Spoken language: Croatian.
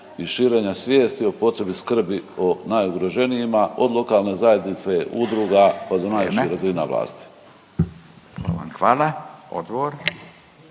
i širenja svijesti o potrebi skrbi o najugroženijima od lokalne zajednice, udruga, pa do najviših … …/Upadica Furio